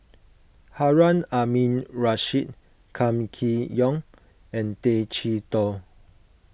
Harun Aminurrashid Kam Kee Yong and Tay Chee Toh